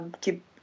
keep